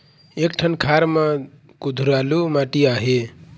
एक ठन खार म कुधरालू माटी आहे?